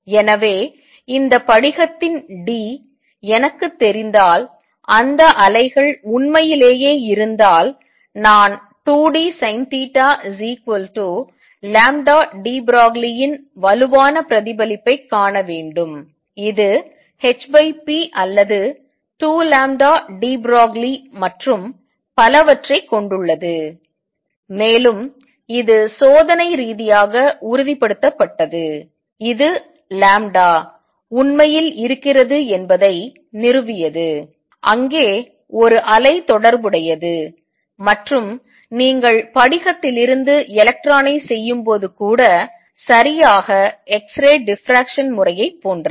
எனவே இந்த படிகத்தின் d எனக்குத் தெரிந்தால் அந்த அலைகள் உண்மையிலேயே இருந்தால் நான் 2dSinθdeBroglie இன் வலுவான பிரதிபலிப்பைக் காண வேண்டும் இது hp அல்லது 2deBroglie மற்றும் பலவற்றைக் கொண்டுள்ளது மேலும் இது சோதனை ரீதியாக உறுதிப்படுத்தப்பட்டது இது லாம்ப்டா உண்மையில் இருக்கிறது என்பதை நிறுவியது அங்கே ஒரு அலை தொடர்புடையது மற்றும் நீங்கள் படிகத்திலிருந்து எலக்ட்ரான் ஐச் செய்யும்போது கூட சரியாக எக்ஸ்ரே டிஃப்ராஃப்ரக்ஷன் முறையை போன்றது